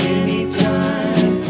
anytime